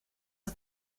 are